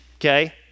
okay